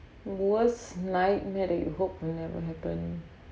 worst nightmare that you hope will never happen